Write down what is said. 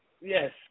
Yes